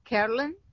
Carolyn